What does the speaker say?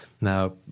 Now